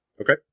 Okay